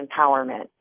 empowerment